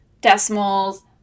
decimals